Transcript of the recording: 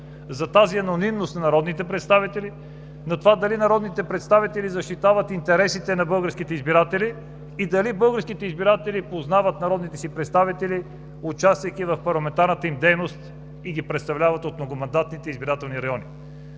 за тази анонимност на народните представители за това дали народните представители защитават интересите на българските избиратели и дали българските избиратели познават народните си представители, участвайки в парламентарната им дейност и ги представляват от многомандатните избирателни райони.